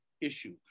issue